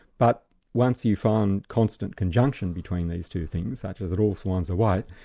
but once you find constant conjunction between these two things, such as that all swans are white,